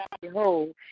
behold